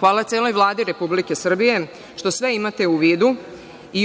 Hvala celoj Vladi Republike Srbije što sve imate u vidu.